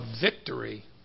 victory